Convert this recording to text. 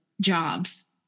jobs